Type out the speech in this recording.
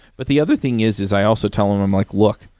but the other thing is, is i also tell them, i'm like, look,